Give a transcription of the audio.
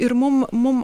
ir mum mum